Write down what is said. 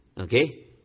Okay